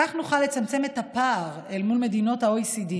כך נוכל לצמצם את הפער מול מדינות ה-OECD